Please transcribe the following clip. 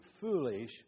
foolish